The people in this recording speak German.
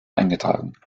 eingetragen